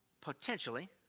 potentially